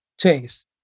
chase